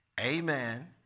Amen